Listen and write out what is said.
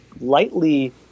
lightly